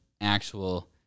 actual